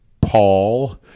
Paul—